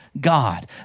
god